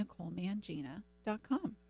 NicoleMangina.com